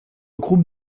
groupe